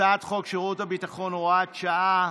הצעת חוק שירות ביטחון (הוראת שעה)